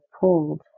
pulled